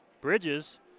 Bridges